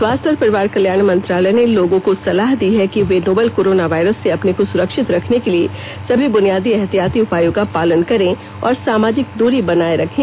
स्वास्थ्य और परिवार कल्याण मंत्रालय ने लोगों को सलाह दी है कि वे नोवल कोरोना वायरस से अपने को सुरक्षित रखने के लिए सभी ब्रनियादी एहतियाती उपायों का पालन करें और सामाजिक दूरी बनाए रखें